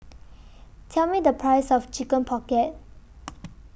Tell Me The Price of Chicken Pocket